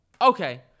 okay